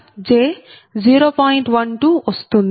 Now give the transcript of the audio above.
12 వస్తుంది